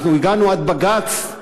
אנחנו הגענו עד בג"ץ.